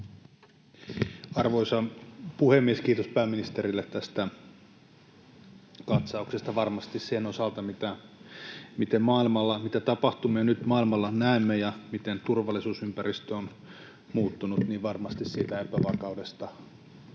Arvoisa puhemies! Kiitos pääministerille tästä katsauksesta. Varmasti sen osalta, mitä tapahtumia maailmalla nyt näemme ja miten turvallisuusympäristö on muuttunut, siitä epävakaudesta